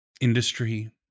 industry